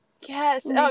Yes